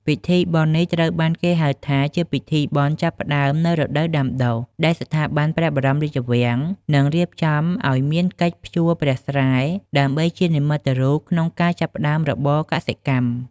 ពិធីបុណ្យនេះត្រូវបានគេហៅថា ជាពិធីបុណ្យចាប់ផ្ដើមនូវរដូវដាំដុះ ដែលស្ថាប័នព្រះបរមរាជវាំងនឹងរៀបចំឱ្យមានកិច្ចភ្ជួរព្រះស្រែដើម្បីជានិមិត្តរូបក្នុងការចាប់ផ្ដើមរបរកសិកម្ម។